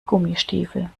gummistiefel